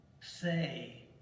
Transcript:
Say